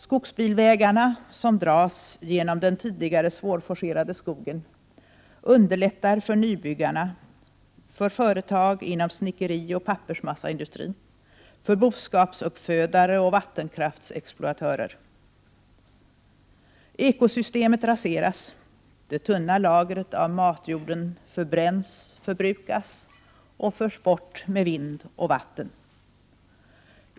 Skogsbilvägarna, som dras genom den tidigare svårforcerade skogen, underlättar för nybyggarna, för företag inom snickerioch pappersmassaindustrin, för boskapsuppfödare och vattenkraftsexploatörer. Ekosystemet raseras, det tunna lagret av matjord förbränns, förbrukas, förs bort med vind och vatten.